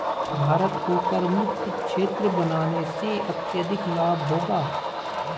भारत को करमुक्त क्षेत्र बनाने से अत्यधिक लाभ होगा